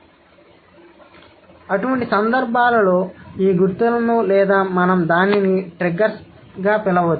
కాబట్టి అటువంటి సందర్భాలలో ఈ గుర్తులను లేదా మనం దానిని ట్రిగ్గర్స్ పిలువవచ్చు